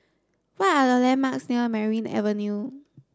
what are the landmarks near Merryn Avenue